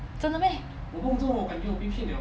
真的 meh